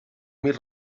mil